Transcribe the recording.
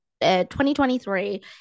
2023